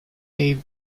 gave